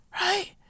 right